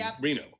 Reno